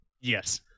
Yes